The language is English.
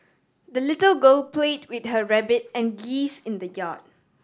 the little girl played with her rabbit and geese in the yard